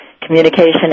communication